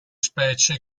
specie